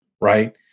right